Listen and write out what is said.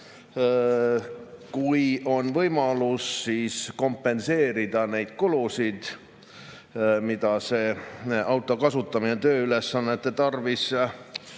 kui on võimalus kompenseerida neid kulusid, mida auto kasutamine tööülesannete tarvis